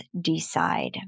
decide